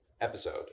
episode